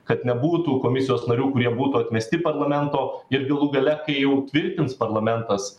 kad nebūtų komisijos narių kurie būtų atmesti parlamento ir galų gale kai jau tvirtins parlamentas